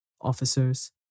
officers